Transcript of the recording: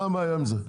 מה הבעיה עם זה?